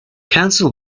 council